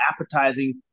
appetizing